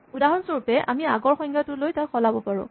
উদাহৰণস্বৰূপে আমি আগৰ সংজ্ঞাটো লৈ তাক সলাব পাৰোঁ